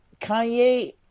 Kanye